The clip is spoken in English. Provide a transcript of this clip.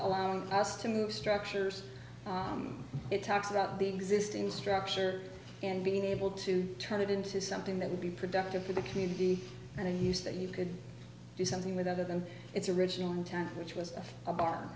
move structures it talks about the existing structure and being able to turn it into something that would be productive for the community and use that you could do something with other than its original intent which was a bar